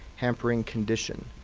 hampering condition.